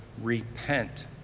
repent